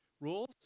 Rules